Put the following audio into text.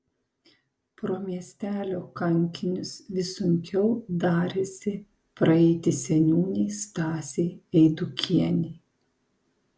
pro miestelio kankinius vis sunkiau darėsi praeiti seniūnei stasei eidukienei